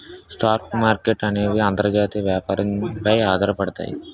stock మార్కెట్ల అనేవి అంతర్జాతీయ వ్యాపారం పై ఆధారపడతాయి